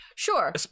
Sure